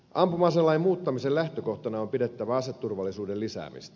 ampuma aselain muuttamisen lähtökohtana on pidettävä aseturvallisuuden lisäämistä